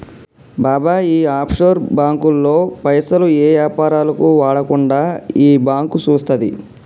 బాబాయ్ ఈ ఆఫ్షోర్ బాంకుల్లో పైసలు ఏ యాపారాలకు వాడకుండా ఈ బాంకు సూత్తది